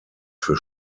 für